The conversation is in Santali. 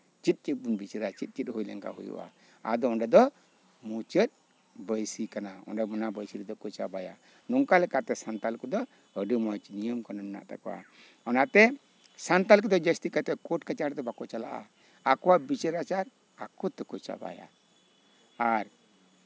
ᱪᱮᱫ ᱪᱮᱫ ᱵᱚᱱ ᱵᱤᱪᱟᱹᱨᱟ ᱪᱮᱫ ᱪᱮᱫ ᱵᱚᱱ ᱦᱩᱭ ᱞᱮᱱᱠᱷᱟᱱ ᱦᱩᱭᱩᱜᱼᱟ ᱟᱫᱚ ᱚᱸᱰᱮ ᱫᱚ ᱢᱩᱪᱟᱹᱫ ᱵᱟᱹᱭᱥᱤ ᱠᱟᱱᱟ ᱚᱸᱰᱮ ᱚᱱᱟ ᱵᱟᱹᱭᱥᱤ ᱨᱮᱫᱚᱠᱚ ᱪᱟᱵᱟᱭᱟ ᱱᱚᱝᱠᱟ ᱞᱮᱠᱟᱛᱮ ᱥᱟᱱᱛᱟᱲ ᱠᱚᱫᱚ ᱟᱹᱰᱤ ᱢᱚᱸᱡᱽ ᱱᱤᱭᱚᱢ ᱠᱟᱹᱱᱩᱱ ᱢᱮᱱᱟᱜ ᱛᱟᱠᱚᱣᱟ ᱚᱱᱟ ᱠᱟᱛᱮᱜ ᱥᱟᱱᱛᱟᱲ ᱠᱚᱫᱚ ᱡᱟᱹᱥᱛᱤ ᱠᱟᱭᱛᱮ ᱠᱳᱨᱴ ᱠᱟᱪᱷᱟᱨᱤ ᱫᱚ ᱵᱟᱝᱠᱚ ᱪᱟᱞᱟᱜᱼᱟ ᱟᱠᱚᱣᱟᱜ ᱵᱤᱪᱟᱹᱨ ᱟᱪᱟᱨ ᱟᱠᱚ ᱛᱮᱠᱚ ᱪᱟᱵᱟᱭᱟ ᱟᱨ